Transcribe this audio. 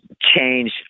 change